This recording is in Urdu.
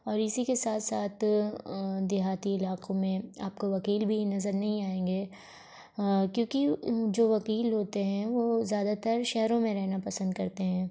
اور اسی کے ساتھ ساتھ دیہاتی علاقوں میں آپ کو وکیل بھی نظر نہیں آئیں گے کیونکہ جو وکیل ہوتے ہیں وہ زیادہ تر شہروں میں رہنا پسند کرتے ہیں